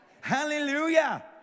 Hallelujah